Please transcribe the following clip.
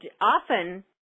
often